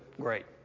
great